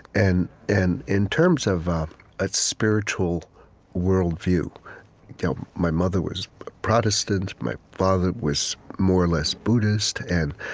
and and in terms of a spiritual worldview you know my mother was protestant, my father was more or less buddhist, and,